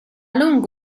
lungo